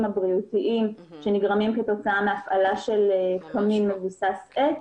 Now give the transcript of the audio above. הבריאותיים שנגרמים כתוצאה מהפעלה של קמין מבוסס עץ.